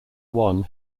one